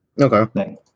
Okay